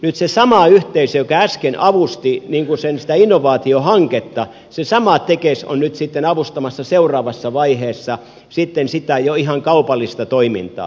nyt se sama yhteisö joka äsken avusti sitä innovaatiohanketta se sama tekes on nyt sitten avustamassa seuraavassa vaiheessa jo ihan sitä kaupallista toimintaa